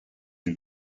une